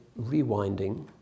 rewinding